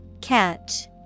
Catch